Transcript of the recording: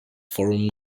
forum